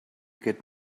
get